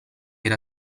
era